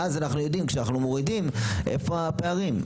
ואז אנחנו יודעים כשאנו מורידים איפה הפערים.